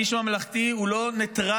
איש ממלכתי הוא לא ניטרלי,